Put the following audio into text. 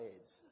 aids